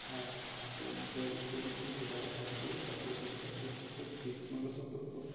یا سٲنۍ گَرِکۍ وَرِکۍ ہُتہِ راج باغ تُلِتھ پَتہٕ گَژھو أسۍ چَکرَس وَکرَس بیٚیہِ مہ گَژھو پَتہٕ کُن